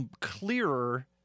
clearer